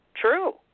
True